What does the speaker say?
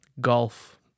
Golf